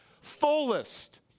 Fullest